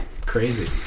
crazy